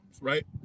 right